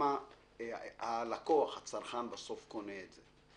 כמה הלקוח, הצרכן בסוף קונה את זה.